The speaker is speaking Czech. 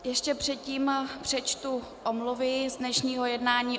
Ještě předtím přečtu omluvy z dnešního jednání.